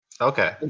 Okay